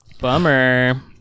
bummer